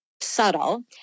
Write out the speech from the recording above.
subtle